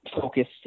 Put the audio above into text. focused